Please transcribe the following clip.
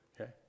Okay